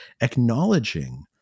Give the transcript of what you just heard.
acknowledging